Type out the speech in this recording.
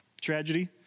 tragedy